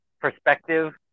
perspective